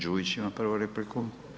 Đujić ima prvu repliku.